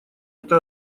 это